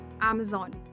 Amazon